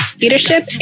leadership